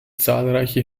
zahlreiche